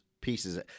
pieces